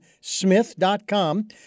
smith.com